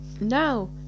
now